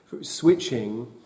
switching